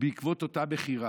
בעקבות אותה בחירה.